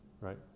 Right